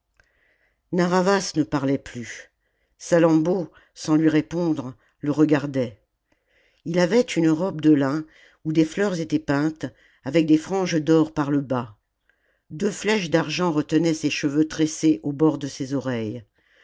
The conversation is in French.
narr'havas ne parlait plus salammbô sans lui répondre le regardait il avait une robe de lin où des fleurs étaient peintes avec des franges d'or par le bas deux flèches d'argent retenaient ses cheveux tressés au bord de ses oreilles